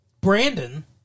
Brandon